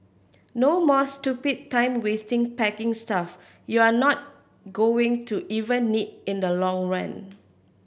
no more stupid time wasting packing stuff you're not going to even need in the long run